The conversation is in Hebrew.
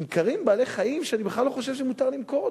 נמכרים בעלי-חיים שאני בכלל לא חושב שמותר למכור אותם.